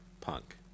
Punk